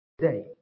today